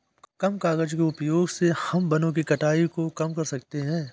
कम कागज़ के उपयोग से हम वनो की कटाई को कम कर सकते है